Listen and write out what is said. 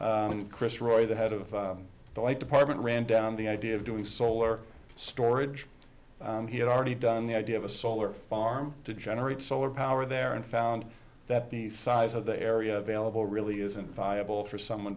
chris roy the head of the light department ran down the idea of doing solar storage and he had already done the idea of a solar farm to generate solar power there and found that the size of the area vailable really isn't viable for someone